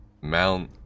mount